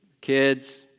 kids